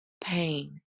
pain